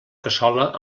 cassola